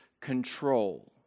control